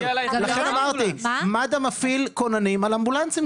לכן אמרתי, מד"א מפעיל כוננים על אמבולנסים.